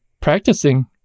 practicing